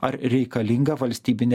ar reikalinga valstybinė